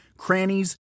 crannies